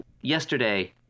yesterday